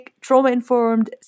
trauma-informed